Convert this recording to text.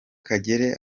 kagere